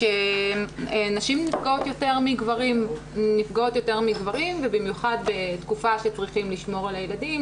שנשים נפגעות יותר מגברים ובמיוחד בתקופה שצריכים לשמור על הילדים,